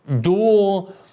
dual